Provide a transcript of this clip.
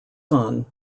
son